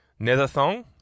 Netherthong